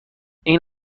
این